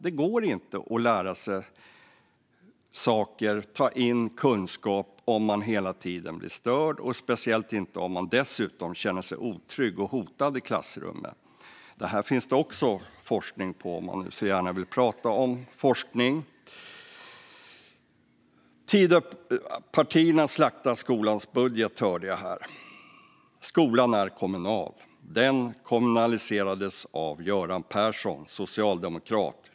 Det går inte att lära sig saker och att ta in kunskap om man hela tiden blir störd, speciellt inte om man dessutom känner sig otrygg och hotad i klassrummet. Det finns forskning om detta, om man nu gärna vill prata om forskning. Tidöpartierna slaktar skolans budget, hörde jag här. Skolan är kommunal. Den kommunaliserades av Göran Persson, socialdemokrat.